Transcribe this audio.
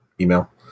email